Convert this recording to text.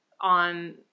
on